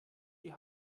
die